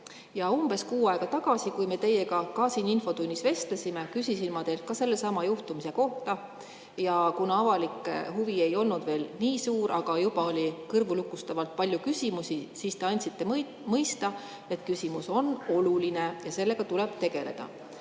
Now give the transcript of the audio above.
Umbes kuu aega tagasi, kui me teiega siin infotunnis vestlesime, küsisin ma teilt sellesama juhtumi kohta. Kuna avalik huvi ei olnud veel nii suur, aga juba oli kõrvulukustavalt palju küsimusi, siis te andsite mõista, et küsimus on oluline ja sellega tuleb tegeleda.